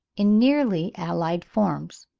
in nearly allied forms.